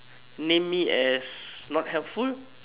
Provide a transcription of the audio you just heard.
name me as not helpful